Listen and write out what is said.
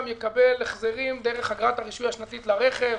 יקבל החזרים דרך אגרת הרישוי השנתית לרכב,